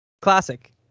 Classic